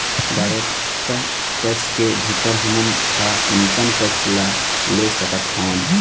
direct tax के भीतर हमन ह इनकम टेक्स ल ले सकत हवँन